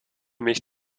mich